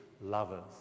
lovers